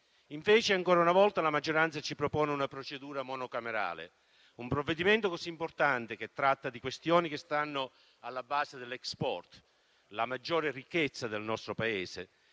Invece, ancora una volta, la maggioranza ci propone una procedura monocamerale: un provvedimento così importante, che tratta di questioni che stanno alla base dell'*export*, la maggiore ricchezza del nostro Paese,